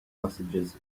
hostages